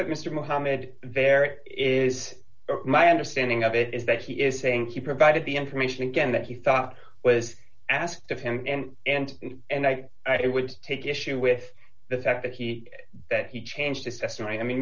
that mr mohammed there it is my understanding of it is that he is saying he provided the information again that he thought was asked if and and and i would take issue with the fact that he that he changed